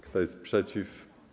Kto jest przeciw?